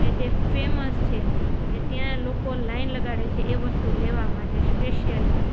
એ જે ફેમસ છે એ ત્યાં લોકો લાઇન લગાડે છે એ વસ્તુ લેવા માટે સ્પેશિયાલિટી